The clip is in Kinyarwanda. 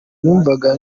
numvaga